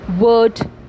word